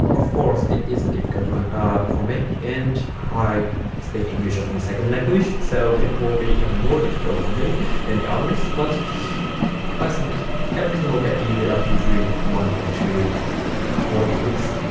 of course it is difficult for me and i speak english as my second language so it will be even more difficult for me than the others. but i think everything will get easier after you read one or two more books.